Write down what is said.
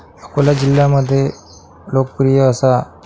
अकोला जिल्ह्यामध्ये लोकप्रिय असा